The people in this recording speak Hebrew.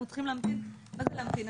ואנחנו צריכים להמתין מה זה להמתין?